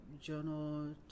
journal